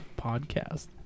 podcast